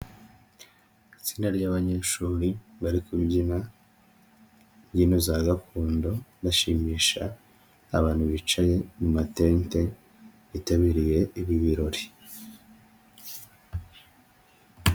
Itsinda ry,abanyeshuri bari ku mbyina, imbyino za gakondo bashimisha abantu bicaye matente, bitabiriye ibi birori.